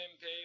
pay